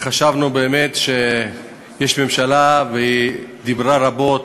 חשבנו באמת שיש ממשלה, והיא דיברה רבות